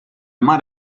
mar